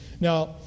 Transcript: Now